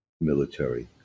military